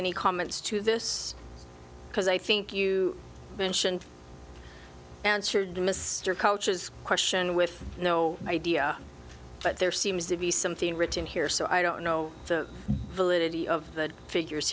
any comments to this because i think you mentioned answered mr cultures question with no idea but there seems to be something written here so i don't know the validity of the figures